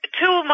two